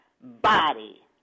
body